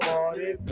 Party